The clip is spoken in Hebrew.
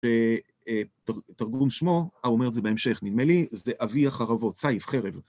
תרגום שמו, אה... הוא אומר את זה בהמשך, נדמה לי, זה אבי החרבות. סייף, חרב.